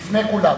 לפני כולם.